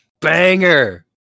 banger